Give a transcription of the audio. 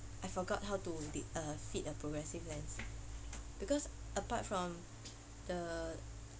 I forgot how to uh fit a progressive lens because apart from the